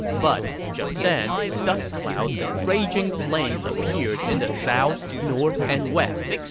but just then, dust clouds and raging flames appeared in the south, north, and west.